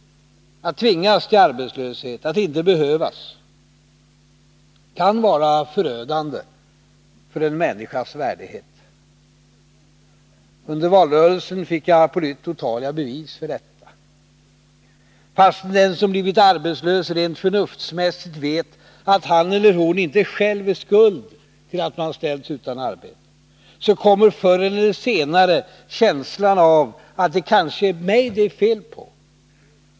Att tvingas till arbetslöshet, att inte behövas, kan vara förödande för en människas värdighet. Under valrörelsen fick jag på nytt otaliga bevis för detta. Fastän den som blivit arbetslös rent förnuftsmässigt vet att han eller hon inte själv är skuld till att man ställs utan arbete, så kommer förr eller senare känslan av att ”det kanske är mig det är fel på”.